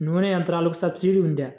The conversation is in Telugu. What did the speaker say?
నూనె యంత్రాలకు సబ్సిడీ ఉందా?